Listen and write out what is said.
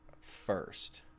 first